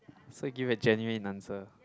so you give a genuine answer